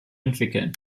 entwickeln